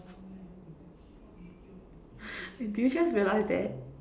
did you just realize that